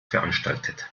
veranstaltet